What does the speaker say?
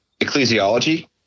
ecclesiology